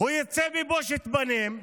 הוא יצא בבושת פנים.